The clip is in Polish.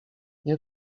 nie